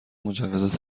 مجوز